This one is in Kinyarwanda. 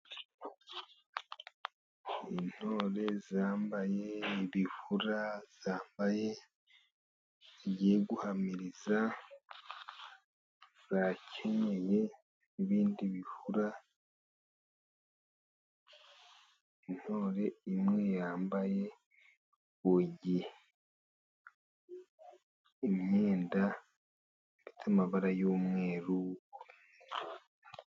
Intore zambaye ibihura, zambaye zigiye guhamiriza. Zakenyeye n'ibindi bihura. Intore imwe yambaye imyenda ifite amabara y'umweruru.